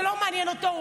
זה לא מעניין אותו,